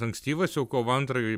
ankstyvas jau kovo antrąjį